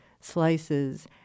slices